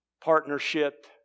partnership